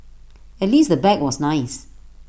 at least the bag was nice